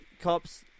Cops